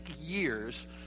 years